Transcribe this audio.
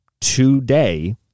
today